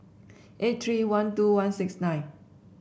eight three one two one six nine